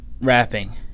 rapping